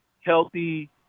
healthy